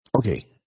okay